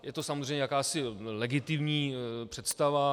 Je to samozřejmě jakási legitimní představa.